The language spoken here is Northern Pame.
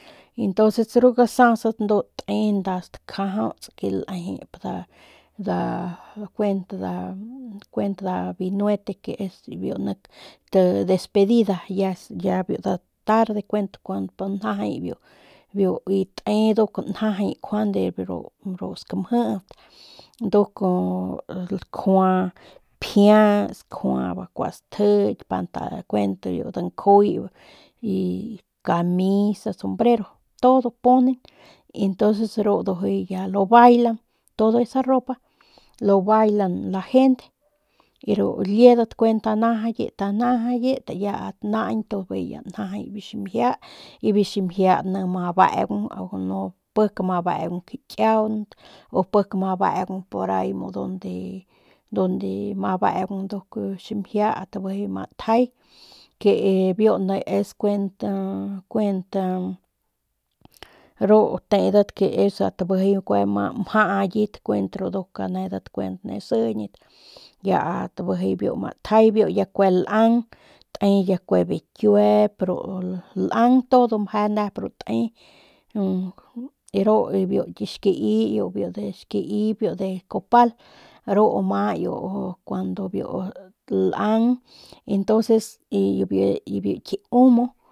Y entonces ru gasasat ndu te nda stajajauts ke lejep nda kuent nda nda nda binuete ke es biu nik ti despedida ya nda tarde kuent kun biu njajay biu biu te biu nijiy njajay y juande ru skamjit nduk jua pjiats kjua bakua stjik pan ru danjuy camisas, sombrero todo ponen y entonces ru ndujuy ya lo bailan todo esa ropa lo bailan la gente ru liedat kuent anajayat anajayat ya at naañ bijiy yanjajay biu ximjia y biu ximjia ni ma beung pik ama beung kikiaunt o pik ama beung por ahi mu donde donde ama beung nduk ximjia ast bijiy ama tjay ke biu nijiy es kuent kuent ru teedat ke ast bijiy ama mjaayat kuent ru nduk anedat kuent ane sijiñat ya at bijiy biu ma tjay biu ya kue lang te ya kue bikiuep ru lang todo mje ru nep ru te ru y biu ki xkii y biu ki xkii biu de copal ru ama y cuando biu lang y entonces y biu ki humo.